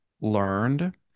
learned